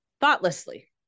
thoughtlessly